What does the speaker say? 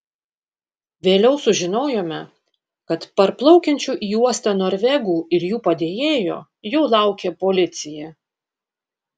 vėliau sužinojome kad parplaukiančių į uostą norvegų ir jų padėjėjo jau laukė policija